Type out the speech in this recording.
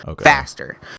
faster